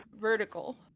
vertical